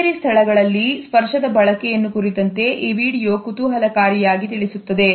ಕಚೇರಿ ಸ್ಥಳಗಳಲ್ಲಿ ಸ್ಪರ್ಶದ ಬಳಕೆಯನ್ನು ಕುರಿತಂತೆ ಈ ವಿಡಿಯೋ ಕುತೂಹಲಕಾರಿಯಾಗಿ ತಿಳಿಸುತ್ತದೆ